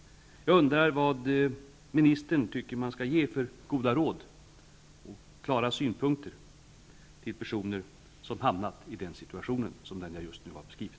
Jag undrar vad ministern tycker att man skall ge för goda råd och klara synpunkter till personer som har hamnat i den situation som jag just har beskrivit.